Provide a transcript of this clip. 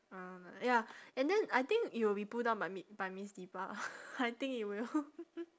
uh ya and then I think it will be pull down by mi~ by miss dipa I think it will